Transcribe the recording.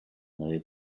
nave